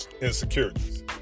insecurities